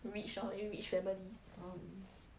rich lor eh rich family